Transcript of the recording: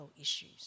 issues